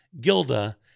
Gilda